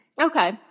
Okay